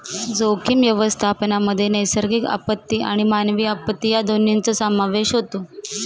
जोखीम व्यवस्थापनामध्ये नैसर्गिक आपत्ती आणि मानवी आपत्ती या दोन्हींचा समावेश होतो